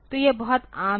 तो यह बहुत आम है